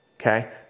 Okay